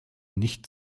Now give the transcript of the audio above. nicht